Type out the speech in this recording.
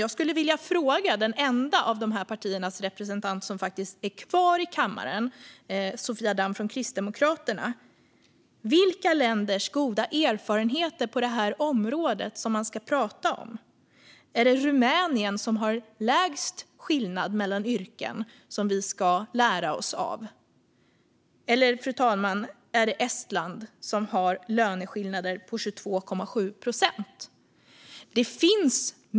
Jag skulle vilja fråga den enda av de här partiernas representanter som faktiskt är kvar i kammaren, Sofia Damm från Kristdemokraterna, vilka länders goda erfarenheter på det här området som man ska prata om. Är det Rumänien, som har minst skillnad mellan yrken, som vi ska lära oss av? Eller är det Estland, som har löneskillnader på 22,7 procent?